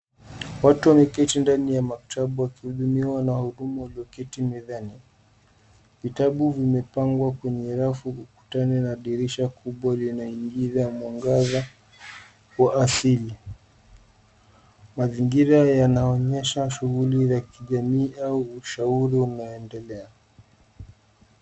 Watu wameketi ndani ya mktaba wakihudumiwa na wahudumu walioketi mezani. Vitabu vimepangwa kwenye rafu ukutani na dirisha kubwa linaingiza mwangaza wa asili. Mazingira yanaonyesha shughuli za kijamii au ushauri unaoendelea.